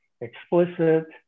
explicit